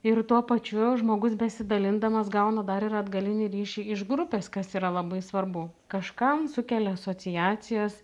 ir tuo pačiu žmogus besidalindamas gauna dar ir atgalinį ryšį iš grupės kas yra labai svarbu kažkam sukelia asociacijas